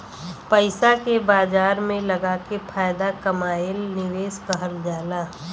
पइसा के बाजार में लगाके फायदा कमाएल निवेश कहल जाला